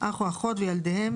אח או אחות וילדיהם,